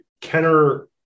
kenner